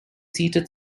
seated